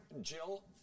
Jill